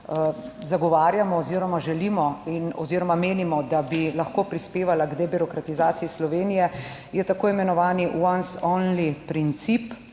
zagovarjamo oziroma želimo oziroma menimo, da bi lahko prispevala k debirokratizaciji Slovenije, je tako imenovani once only,